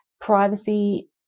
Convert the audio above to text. Privacy